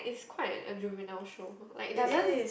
quite a juvenile show like it doesn't